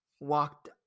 walked